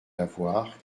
lavoir